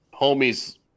homies